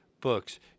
Books